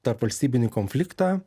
tarpvalstybinį konfliktą